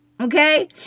okay